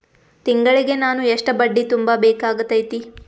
ತಿಂಗಳಿಗೆ ನಾನು ಎಷ್ಟ ಬಡ್ಡಿ ತುಂಬಾ ಬೇಕಾಗತೈತಿ?